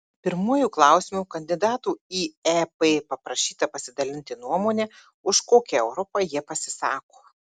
pirmuoju klausimu kandidatų į ep paprašyta pasidalinti nuomone už kokią europą jie pasisako